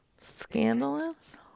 Scandalous